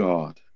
God